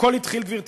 הכול התחיל, גברתי